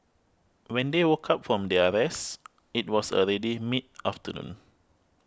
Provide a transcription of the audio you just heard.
when they woke up from their rest it was already mid afternoon